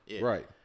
Right